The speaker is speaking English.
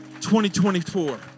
2024